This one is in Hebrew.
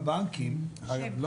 הבנקים לא